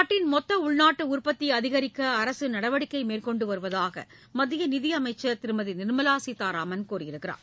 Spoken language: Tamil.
நாட்டின் மொத்த உள்நாட்டு உற்பத்தி அதிகரிக்க அரசு நடவடிக்கை மேற்கொண்டு வருவதாக மத்திய நிதி அமைச்சர் திருமதி நிர்மலா சீதாராமன் கூறியுள்ளார்